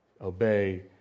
obey